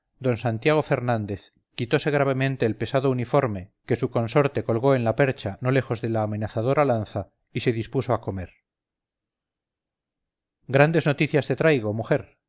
d santiago fernández quitose gravemente el pesado uniforme que su consorte colgó en la percha no lejos de la amenazadora lanza y se dispuso a comer grandes noticias te traigo mujer